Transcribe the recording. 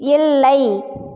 இல்லை